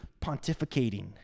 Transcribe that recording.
pontificating